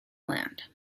land